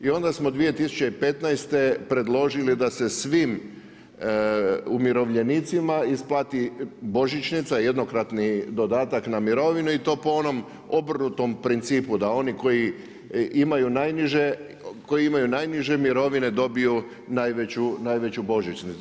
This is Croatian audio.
I onda smo 2015. predložili da se svim umirovljenicima isplati božićnica, jednokratni dodatak na mirovinu i to po onom obrnutom principu da oni koji imaju najniže, koji imaju najniže mirovine dobiju najveću božićnicu.